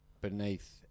beneath